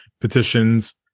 petitions